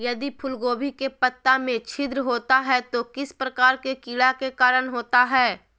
यदि फूलगोभी के पत्ता में छिद्र होता है तो किस प्रकार के कीड़ा के कारण होता है?